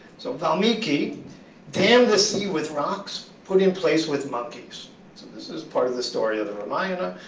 so valmiki dammed the sea with rocks putting place with monkeys. so this is part of the story of the ramayana.